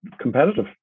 competitive